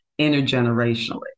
intergenerationally